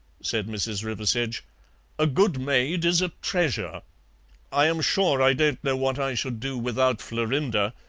said mrs. riversedge a good maid is a treasure i am sure i don't know what i should do without florinda,